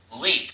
leap